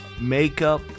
makeup